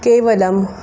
केवलम्